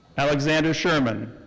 alexander sherman.